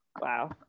Wow